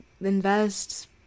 Invest